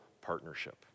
partnership